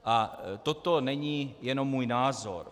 A toto není jenom můj názor.